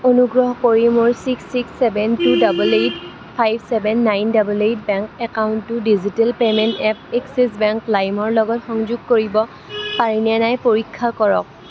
অনুগ্ৰহ কৰি মোৰ six six seven two double eight five seven nine double eight bank একাউণ্টটো digital payment app Axis bank লাইমৰ লগত সংযোগ কৰিব পাৰিনে নাই পৰীক্ষা কৰক